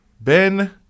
Ben